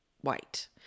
white